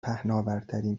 پهناورترین